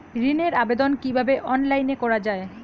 ঋনের আবেদন কিভাবে অনলাইনে করা যায়?